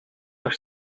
nog